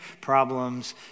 problems